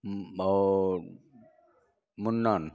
हम्म और मुन्नन